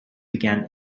began